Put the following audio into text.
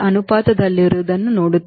ಅನುಪಾತದಲ್ಲಿರುವುದನ್ನು ನೋಡುತ್ತಾರೆ